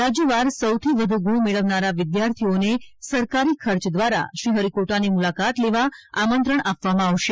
રાજયવાર સૌથી વધુ ગુણ મેળવનારા વિદ્યાર્થીઓને સરકારી ખર્ચ દ્વારા શ્રી હરીકોટાની મુલાકાત લેવા આમંત્રણ આપવામાં આવશે